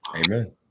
amen